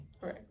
right